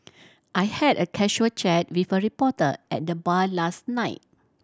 I had a casual chat with a reporter at the bar last night